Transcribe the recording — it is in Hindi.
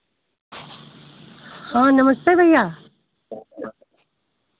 हाँ नमस्ते भैया